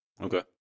Okay